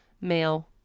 male